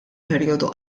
perjodu